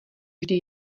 vždy